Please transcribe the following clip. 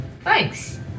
Thanks